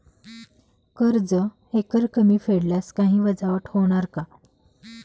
कर्ज एकरकमी फेडल्यास काही वजावट होणार का?